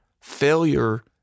failure